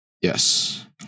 Yes